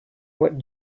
what